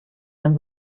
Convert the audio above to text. denn